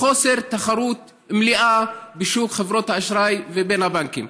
בחוסר תחרות מלא בשוק חברות האשראי ובין הבנקים.